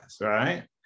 right